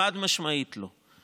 חד-משמעית לא.